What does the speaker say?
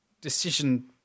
decision